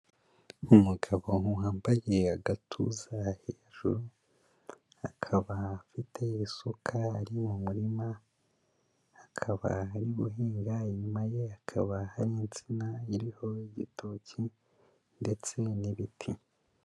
Umugabo wambaye agatuza hejuru, akaba afite isuka ari mu murima, akaba ari guhinga, inyuma ye hakaba hari insina iriho igitoki ndetse n'ibiti.